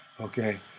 okay